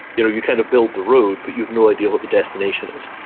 you know, you kind of build the road but you've no idea what the destination is.